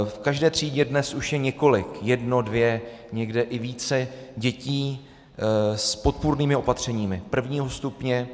V každé třídě je dnes už několik, jedno, dvě, někdy i více dětí s podpůrnými opatřeními prvního stupně.